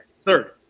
Third